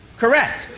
correct.